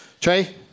Trey